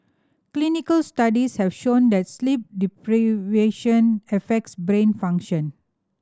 clinical studies have shown that sleep deprivation affects brain function